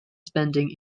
spending